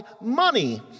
money